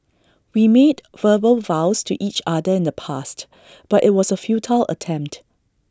we made verbal vows to each other in the past but IT was A futile attempt